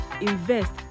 invest